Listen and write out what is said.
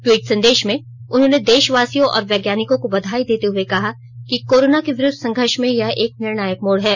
tweet संदेश में उन्होंने देशवासियों और वैज्ञानिकों को बधाई देते हए कहा कि कोरोना के विरूद्व संघर्ष में यह एक निर्णायक मोड है